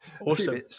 Awesome